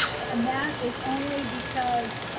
and that is only because,